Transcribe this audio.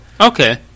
Okay